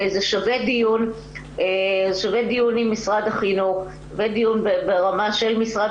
זה שווה דיון עם משרד החינוך ודיון ברמה של משרד